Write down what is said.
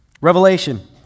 Revelation